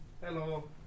Hello